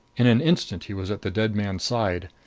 in an instant he was at the dead man's side.